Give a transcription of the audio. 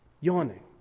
yawning